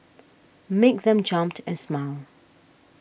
make them jump and smile